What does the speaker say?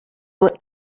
what